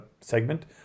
segment